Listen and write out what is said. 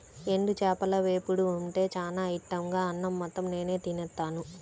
ఎండు చేపల వేపుడు ఉంటే చానా ఇట్టంగా అన్నం మొత్తం నేనే తినేత్తాను